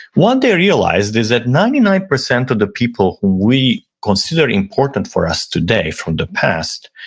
what they realized is that ninety nine percent of the people who we consider important for us today from the past,